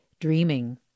dreaming